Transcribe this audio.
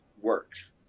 works